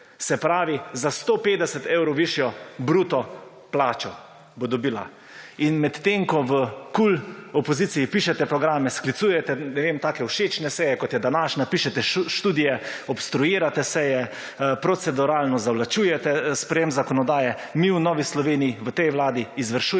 Se pravi, za 150 evrov višjo bruto plačo bo dobila. In medtem, ko v KUL opoziciji pišete programe, sklicujete, ne vem, take všečne seje, kot je današnja, pišete študije, obstruirate seje, proceduralno zavlačujete sprejem zakonodaje, mi v Novi Sloveniji v tej Vladi izvršujemo